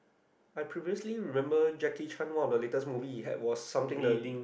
I previously remembered Jackie-Chan what the latest movie he had was something the